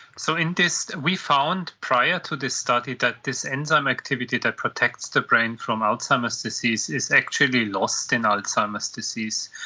so in this we found prior to this study that this enzyme activity that protects the brain from alzheimer's disease is actually lost in alzheimer's disease.